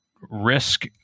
Risk